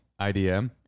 IDM